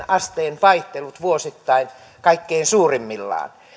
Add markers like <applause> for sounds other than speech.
<unintelligible> asteen vaihtelut vuosittain kaikkein suurimmillaan